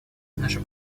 наше